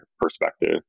perspective